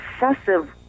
obsessive